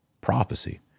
Prophecy